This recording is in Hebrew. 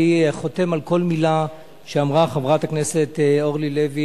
אני חותם על כל מלה שאמרה חברת הכנסת אורלי לוי